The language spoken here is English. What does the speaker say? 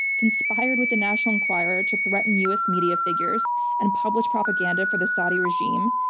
conspired with the national inquirer to threaten u. s. media figures and published propaganda for the saudi regime,